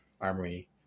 armory